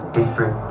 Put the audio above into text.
history